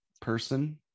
person